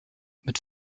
mit